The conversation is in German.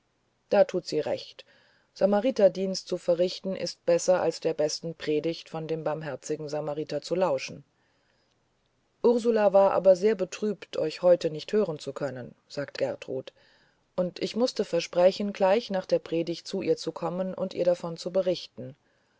da tut sie recht samariterdienst zu verrichten ist besser als der besten predigt von dem barmherzigen samariter zu lauschen ursula war aber sehr betrübt euch heute nicht hören zu können sagte gertrud und ich mußte versprechen gleich nach der predigt zu ihr zu kommen und ihr davon zu berichten